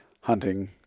hunting